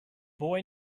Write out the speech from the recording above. boy